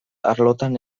arlotan